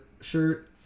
shirt